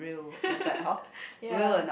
ya